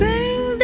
Sing